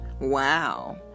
Wow